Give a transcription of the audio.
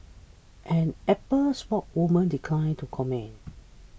an Apple spokeswoman declined to comment